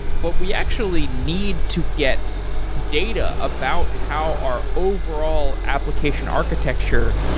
but we actually need to get data about how our overall application architecture,